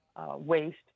waste